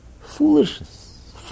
Foolishness